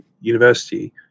university